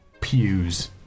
pews